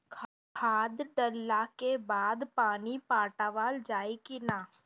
खाद डलला के बाद पानी पाटावाल जाई कि न?